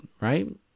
right